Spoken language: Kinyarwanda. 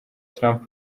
trump